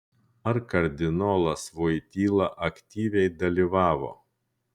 ar kardinolas voityla aktyviai dalyvavo